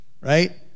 right